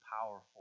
powerful